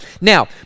Now